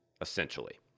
essentially